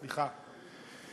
סליחה.